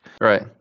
Right